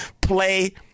play